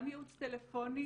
גם יעוץ טלפוני,